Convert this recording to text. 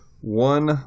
one